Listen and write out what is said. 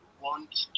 want